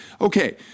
Okay